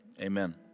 Amen